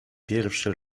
pierwszy